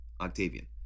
Octavian